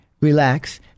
relax